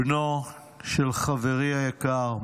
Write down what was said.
בנו של חברי היקר,